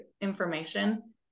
information